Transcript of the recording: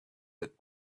that